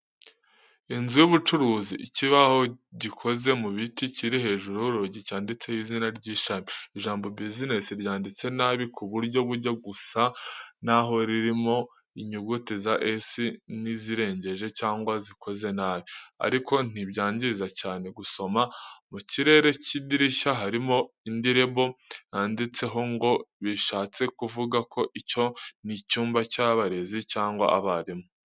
Inzu y'ubucuruzi ikibaho gikoze mu biti kiri hejuru y’urugi cyanditseho izina ry’ishami. Ijambo business ryanditse nabi ku buryo bujya gusa naho ririmo inyuguti za "s" n'izirengeje cyangwa zikoze nabi, ariko ntibyangiza cyane gusoma. Mu kirahure cy’idirishya harimo indi label yanditseho ngo bishatse kuvuga ko icyo ni icyumba cy'abarezi cyangwa abarimu.